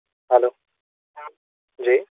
hello जी